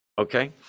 Okay